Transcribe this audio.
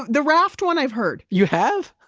the raft one i've heard you have?